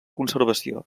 conservació